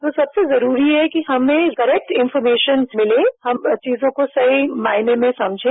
तो सबसे जरूरी है कि हमें करेक्ट इन्फॉरमेशन मिले हम चीजों को सही मायने में समझें